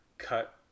cut